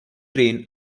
train